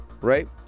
right